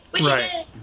Right